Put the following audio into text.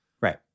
Right